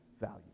value